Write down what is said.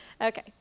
Okay